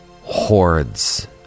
hordes